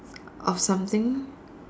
of something